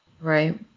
Right